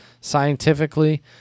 scientifically